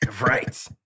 Right